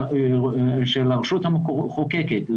של הרשות המחוקקת,